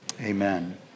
amen